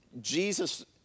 Jesus